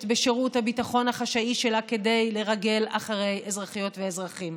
בשירות הביטחון החשאי שלה כדי לרגל אחרי אזרחיות ואזרחים.